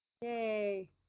Yay